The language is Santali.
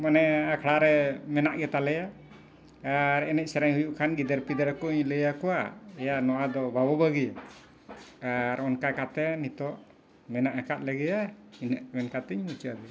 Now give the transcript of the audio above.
ᱢᱟᱱᱮ ᱟᱠᱷᱲᱟ ᱨᱮ ᱢᱮᱱᱟᱜ ᱜᱮᱛᱟ ᱞᱮᱭᱟ ᱟᱨ ᱮᱱᱮᱡ ᱥᱮᱨᱮᱧ ᱦᱩᱭᱩᱜ ᱠᱷᱟᱱ ᱜᱤᱫᱟᱹᱨ ᱯᱤᱫᱟᱹᱨ ᱠᱚᱧ ᱞᱟᱹᱭᱟᱠᱚᱣᱟ ᱮᱭᱟ ᱱᱚᱣᱟ ᱫᱚ ᱵᱟᱵᱚ ᱵᱟᱹᱜᱤᱭᱟ ᱟᱨ ᱚᱱᱠᱟ ᱠᱟᱛᱮᱫ ᱱᱤᱛᱚᱜ ᱢᱮᱱᱟᱜ ᱟᱠᱟᱫ ᱞᱮᱜᱮᱭᱟ ᱤᱱᱟᱹᱜ ᱢᱮᱱ ᱠᱟᱛᱮᱧ ᱢᱩᱪᱟᱹᱫᱮᱜᱼᱟ